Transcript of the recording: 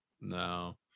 No